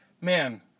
man